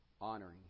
honoring